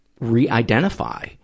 re-identify